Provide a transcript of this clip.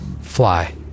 Fly